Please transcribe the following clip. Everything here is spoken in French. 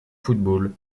football